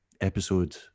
episode